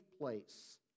place